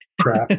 crap